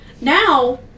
Now